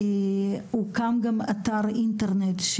הוקם גם אתר אינטרנט.